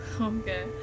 Okay